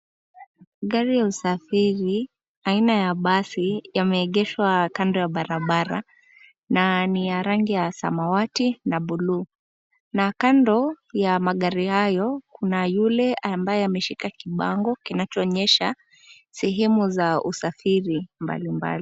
Gari ya usafiri aina ya basi yameegeshwa kando ya barabara, na ni ya rangi ya samawati na buluu, na kando ya magari hayo kuna yule ambaye ameshika kibango kinachoonyesha sehemu za usafiri mbali mbali.